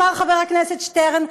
אמר חבר הכנסת שטרן,